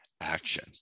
action